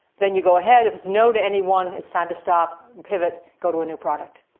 then you go ahead. if it's no to any one, it's time to stop, pivot, go to a new product.